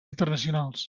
internacionals